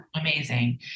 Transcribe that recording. Amazing